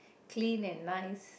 clean and nice